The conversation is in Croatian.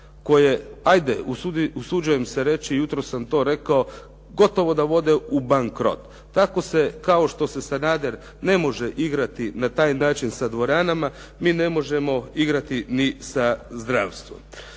koje ajde usuđujem se reći jutros sam to rekao, gotovo da vode u bankrot. Tako se kao što se Sanader ne može igrati na taj način sa dvoranama mi ne možemo igrati ni sa zdravstvom.